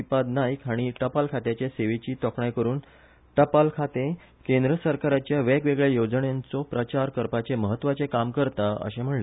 श्रीपाद नाईक हांणी टपाल खात्याच्या सेवेची तोखणाय करून टपाल खाते केंद्र सरकारच्या वेगवेगळ्या येवजणांचो प्रचार करपाचे म्हत्वाचे काम करता अशें म्हणले